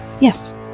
yes